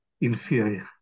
inferior